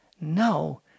No